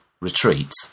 retreats